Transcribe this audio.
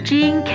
Jean